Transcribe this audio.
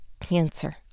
cancer